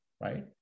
right